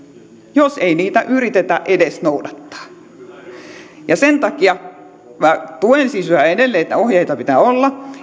jos ei niitä edes yritetä noudattaa sen takia minä tuen siis yhä edelleen sitä että ohjeita pitää olla